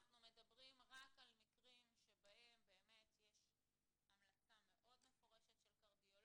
אנחנו מדברים רק על מקרים שבהם באמת יש המלצה מאוד מפורשת של קרדיולוג,